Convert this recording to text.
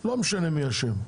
לא משנה מי אשם.